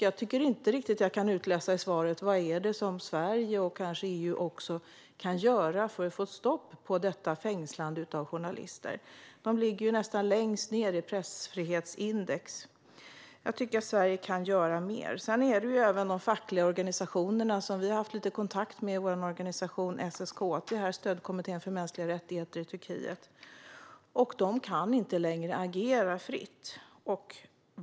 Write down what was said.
Jag kan inte riktigt utläsa ur svaret vad det är som Sverige och EU kan göra för att få ett stopp på fängslandet av journalister. Turkiet ligger ju nästan längst ned i pressfrihetsindex. Jag tycker att Sverige kan göra mer. Vi har haft kontakt med de fackliga organisationer som finns i Turkiet genom SSKT, Svenska stödkommittén för mänskliga rättigheter i Turkiet. De kan inte längre agera fritt.